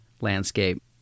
landscape